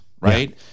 right